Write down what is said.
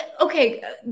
Okay